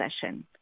session